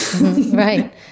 Right